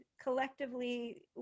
collectively